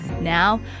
Now